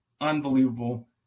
Unbelievable